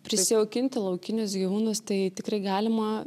prisijaukinti laukinius gyvūnus tai tikrai galima